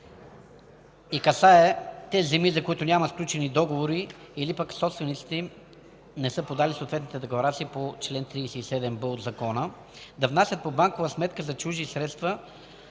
и касае тези земи, за които няма сключени договори или пък собствениците им не са подали съответните декларации по чл. 37б от Закона, да внасят по банкова сметка за чужди средства